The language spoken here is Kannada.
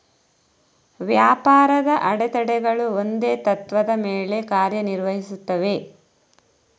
ವ್ಯಾಪಾರದ ಅಡೆತಡೆಗಳು ಒಂದೇ ತತ್ತ್ವದ ಮೇಲೆ ಕಾರ್ಯ ನಿರ್ವಹಿಸುತ್ತವೆ